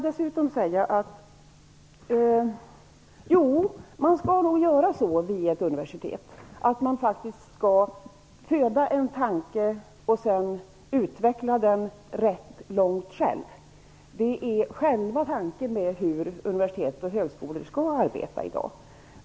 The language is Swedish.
Dessutom vill jag säga: Jo, man skall nog vid ett universitet föda en tanke och sedan själv utveckla den ganska långt. Detta är själva tanken när det gäller hur universitet och högskolor skall arbeta i dag.